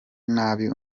nabi